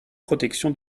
protection